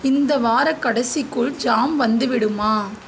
இந்த வாரக் கடைசிக்குள் ஜாம் வந்துவிடுமா